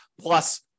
plus